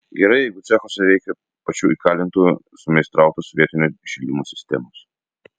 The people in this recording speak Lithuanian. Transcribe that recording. gerai jeigu cechuose veikia pačių įkalintųjų sumeistrautos vietinio šildymo sistemos